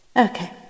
Okay